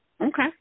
Okay